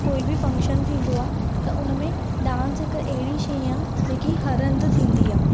कोई बि फंक्शन थींदो आहे त उन में डांस हिकु अहिड़ी शइ आहे जेकी हर हंधि थींदी आहे